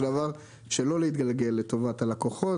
דבר צפוי לא להתגלגל לטובת הלקוחות.